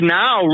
now